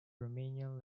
romanian